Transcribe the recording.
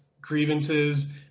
grievances